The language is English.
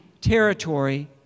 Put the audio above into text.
territory